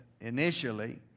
initially